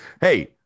Hey